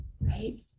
right